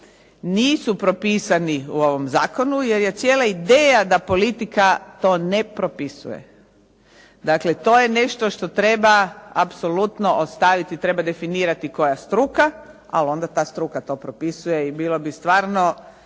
nisu propisani u ovom Zakonu jer je cijela ideja da politika to propisuje. To je nešto što treba ostaviti apsolutno treba definirati koja struka, onda ta struka to propisuje i bilo bi stvarno